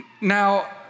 Now